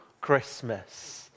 Christmas